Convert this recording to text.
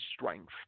strength